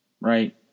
right